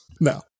No